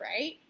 Right